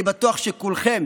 אני בטוח שכולכם